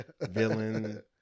villain